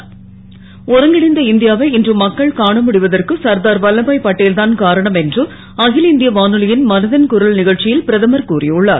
் ஒருங்கிணைந்த இந் யாவை இன்று மக்கள் காணமுடிவதற்கு சர்தார் வல்லபா பட்டேல் தான் காரணம் என்று அகில இந் ய வானொலி ன் மன ன் குரல் க ச்சி ல் பிரதமர் கூறியுள்ளார்